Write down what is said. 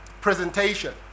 Presentation